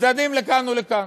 צדדים לכאן ולכאן.